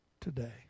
today